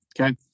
Okay